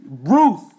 Ruth